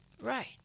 Right